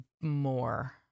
more